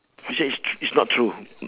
this one is tr~ is not true